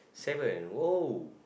seven !woah!